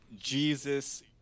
jesus